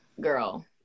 Girl